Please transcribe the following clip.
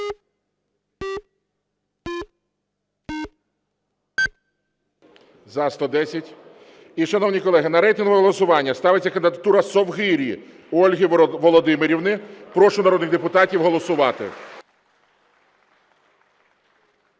За-110 І, шановні колеги, на рейтингове голосування ставиться кандидатура Совгирі Ольги Володимирівни. Прошу народних депутатів голосувати.